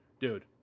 Dude